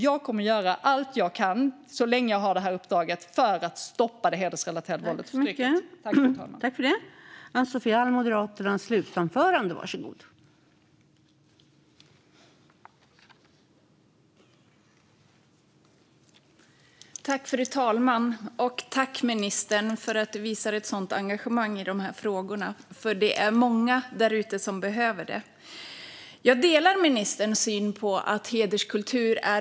Jag kommer att göra allt jag kan, så länge jag har detta uppdrag, för att stoppa det hedersrelaterade våldet och förtrycket.